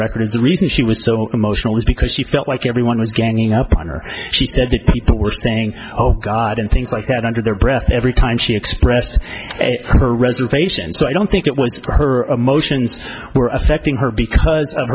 record is the reason she was so emotional is because she felt like everyone was ganging up on her she said that people were saying oh god and things like that under their breath every time she expressed her reservations so i don't think it was for her emotions were affecting her because of